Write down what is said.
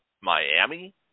Miami